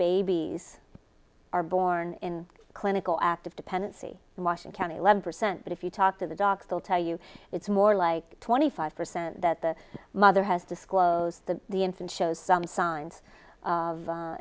babies are born in clinical active dependency and washing county eleven percent but if you talk to the docs they'll tell you it's more like twenty five percent that the mother has disclosed that the infant shows some signs of a